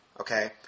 Okay